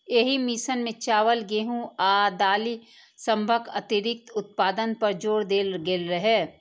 एहि मिशन मे चावल, गेहूं आ दालि सभक अतिरिक्त उत्पादन पर जोर देल गेल रहै